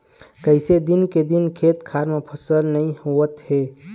कइसे दिन के दिन खेत खार म फसल नइ होवत हे